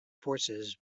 forces